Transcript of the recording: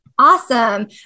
Awesome